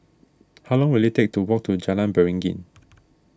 how long will it take to walk to Jalan Beringin